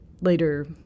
later